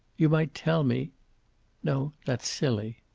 you might tell me no, that's silly.